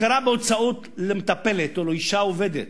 הכרה בהוצאות למטפלת לאשה עובדת,